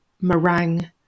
meringue